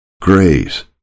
grace